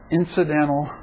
incidental